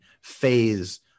phase